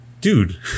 dude